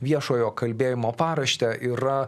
viešojo kalbėjimo paraštę yra